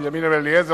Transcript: בנימין בן-אליעזר,